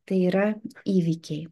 tai yra įvykiai